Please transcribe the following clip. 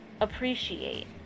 appreciate